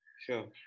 sure